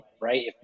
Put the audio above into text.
right